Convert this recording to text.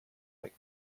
like